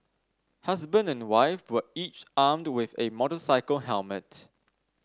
husband and wife were each armed with a motorcycle helmet